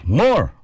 more